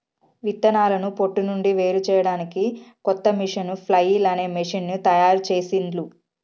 విత్తనాలను పొట్టు నుండి వేరుచేయడానికి కొత్త మెషీను ఫ్లఐల్ అనే మెషీను తయారుచేసిండ్లు